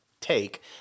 take